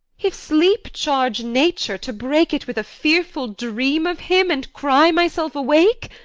if sleep charge nature, to break it with a fearful dream of him, and cry myself awake?